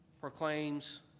proclaims